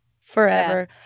forever